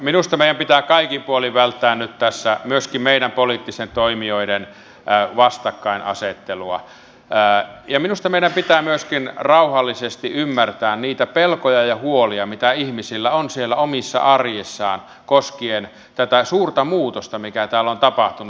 minusta meidän pitää kaikin puolin välttää nyt tässä myöskin meidän poliittisten toimijoiden vastakkainasettelua ja minusta meidän pitää myöskin rauhallisesti ymmärtää niitä pelkoja ja huolia mitä ihmisillä on siellä omassa arjessaan koskien tätä suurta muutosta mikä täällä on tapahtunut